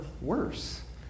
worse